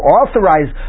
authorize